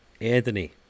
Anthony